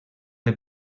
del